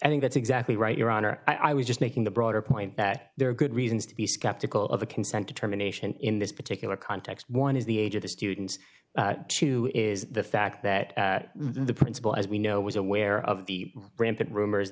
i think that's exactly right your honor i was just making the broader point that there are good reasons to be skeptical of a consent determination in this particular context one is the age of the students two is the fact that the principal as we know was aware of the rampant rumors